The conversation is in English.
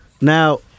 Now